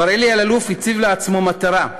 מר אלי אלאלוף הציב לעצמו מטרה,